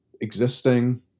Existing